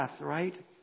right